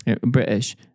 British